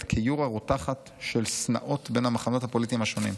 כיורה רותחת של שנאות בין המחנות הפוליטיים השונים.